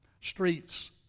streets